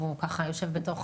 והוא ככה יושב בתוך